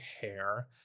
hair